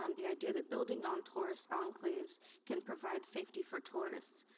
um the idea that building on tourist enclaves can provide safety for tourists.